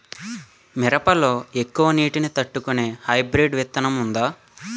మిరప లో ఎక్కువ నీటి ని తట్టుకునే హైబ్రిడ్ విత్తనం వుందా?